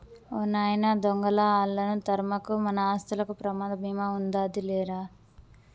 ఓ నాయన దొంగలా ఆళ్ళను తరమకు, మన ఆస్తులకు ప్రమాద భీమా ఉందాది లేరా